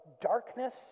darkness